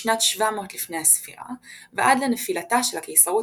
בשנת 700 לפני הספירה ועד לנפילתה של הקיסרות